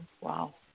wow